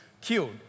killed